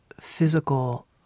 physical